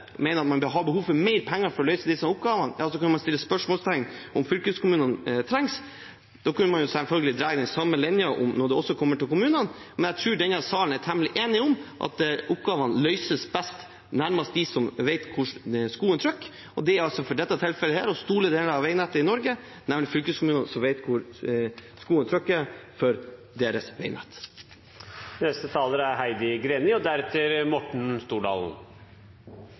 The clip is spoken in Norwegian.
mener at man har behov for mer penger for å løse disse oppgavene, kunne stille spørsmål ved om fylkeskommunene trengs. Da kunne man selvfølgelig dra den samme linjen når det gjelder kommunene, men jeg tror man i denne sal er temmelig enig om at oppgavene løses best av dem som vet hvor skoen trykker. Det er i dette tilfellet – og for store deler av veinettet i Norge – fylkeskommunene som vet hvor skoen trykker når det gjelder veinettet. Vedlikehold av fylkesveger er